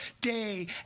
day